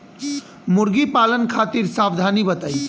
मुर्गी पालन खातिर सावधानी बताई?